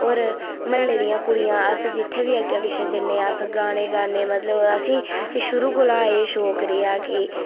होर म्हल्ले दियां कुड़ियां अस जित्थै बी अग्गें पिच्छें जन्ने अस गाने गाने मतलब असेंई शुरू कोला एह् शौक रेहा कि